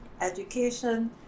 education